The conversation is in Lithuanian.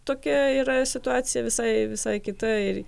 tokia yra situacija visai visai kita ir